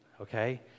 Okay